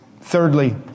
Thirdly